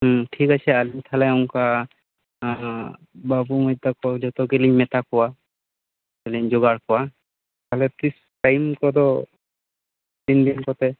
ᱴᱷᱤᱠ ᱟᱪᱷᱮ ᱟᱹᱞᱤᱧ ᱛᱟᱦᱚᱞᱮ ᱚᱱᱠᱟ ᱵᱟᱹᱵᱩ ᱢᱟᱹᱭ ᱛᱟᱠᱚ ᱡᱚᱛᱚ ᱜᱮᱞᱤᱧ ᱢᱮᱛᱟ ᱠᱚᱣᱟ ᱥᱮ ᱞᱤᱧ ᱡᱚᱜᱟᱲ ᱠᱚᱣᱟ ᱛᱟᱦᱚᱞᱮ ᱛᱤᱥ ᱴᱟᱭᱤᱢ ᱠᱚᱫᱚ ᱛᱤᱱ ᱫᱤᱱ ᱠᱚᱛᱮ